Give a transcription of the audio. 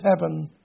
heaven